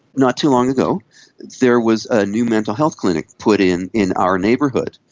not too long ago there was a new mental health clinic put in in our neighbourhood,